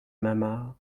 mama